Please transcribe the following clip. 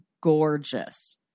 gorgeous